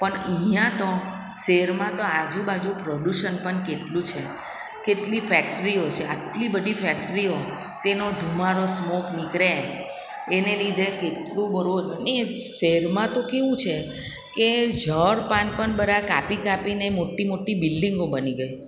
પણ અહીંયાં તો શહેરમાં તો આજુબાજુ પ્રદૂષણ પણ કેટલું છે કેટલી ફેક્ટરીઓ છે આટલી બધી ફેક્ટરીઓ તેનો ધુમાડો સ્મોક નીકળે એને લીધે કેટલું બધું અને શહેરમાં તો કેવું છે કે જળ પાન પણ બધા કાપી કાપીને મોટી મોટી બિલ્ડિંગો બની ગઈ